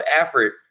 effort